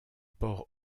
ports